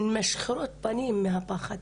הן מסתירות את הפנים שלהן מהפחד,